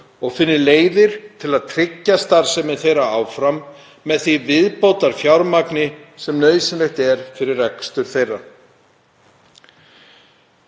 og finni leiðir til að tryggja starfsemi þeirra áfram með því viðbótarfjármagni sem nauðsynlegt er fyrir rekstur þeirra.